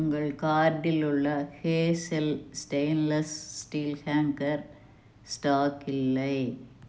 உங்கள் கார்ட்டில் உள்ள hazel stainless steel hanger stock இல்லை